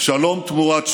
שלום תמורת שלום,